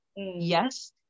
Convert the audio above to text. yes